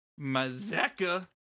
Mazeka